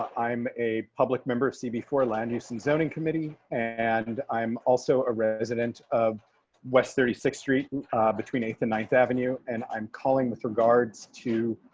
i'm a public member of see before land use and zoning committee and i'm also a resident of west thirty six street between eighth and ninth avenue and i'm calling with regards to